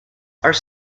are